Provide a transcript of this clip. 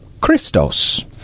Christos